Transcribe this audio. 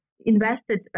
invested